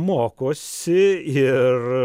mokosi ir